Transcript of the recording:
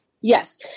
yes